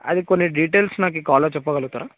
అది కొన్ని డీటెయిల్స్ నాకు కాల్లో చెప్పగలుగుతారా